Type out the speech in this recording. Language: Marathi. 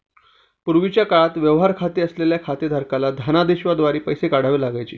पूर्वीच्या काळात व्यवहार खाते असलेल्या खातेधारकाला धनदेशाद्वारे पैसे काढावे लागायचे